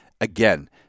again